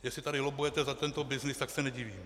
Jestli tady lobbujete za tento byznys, tak se nedivím.